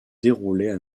déroulaient